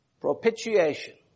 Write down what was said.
propitiation